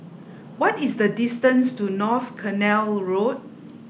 what is the distance to North Canal Road